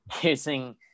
using